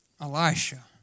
Elisha